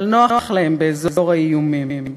אבל נוח להם באזור האיומים.